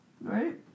Right